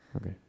Okay